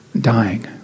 dying